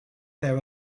there